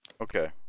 okay